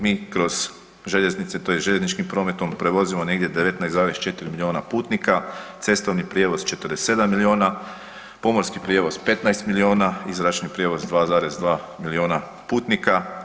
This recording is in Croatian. Mi kroz željeznice tj. željezničkim prometom prevozimo negdje 19,4 miliona putnika, cestovni prijevoz 47 miliona, pomorski prijevoz 15 miliona i zračni prijevoz 2,2 miliona putnika.